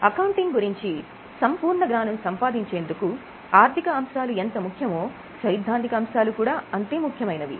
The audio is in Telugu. అకౌంటింగ్ గురించి సంపూర్ణ జ్ఞానం సంపాదించేందుకు ఆర్థిక అంశాలు ఎంత ముఖ్యమో సైద్ధాంతిక అంశాలు కూడా అంతే ముఖ్యమైనవి